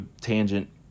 tangent